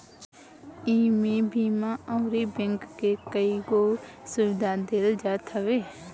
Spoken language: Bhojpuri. इमे बीमा अउरी बैंक के कईगो सुविधा देहल जात हवे